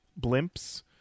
blimps